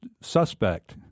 suspect